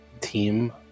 Team